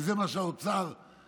הרי זה מה שהאוצר רצה.